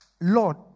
Lord